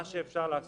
מה שאפשר לעשות